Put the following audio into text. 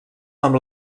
amb